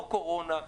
לא קורונה,